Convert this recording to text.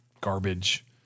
garbage